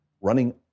running